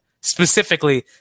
specifically